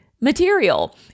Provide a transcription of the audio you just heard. Material